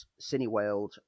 Cineworld